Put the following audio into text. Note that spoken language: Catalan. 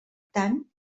tant